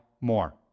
more